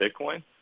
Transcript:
Bitcoin